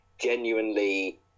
genuinely